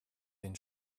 den